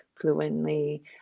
fluently